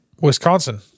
Wisconsin